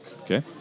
Okay